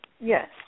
Yes